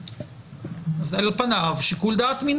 אז נפגע העבירה פנה